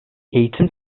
eğitim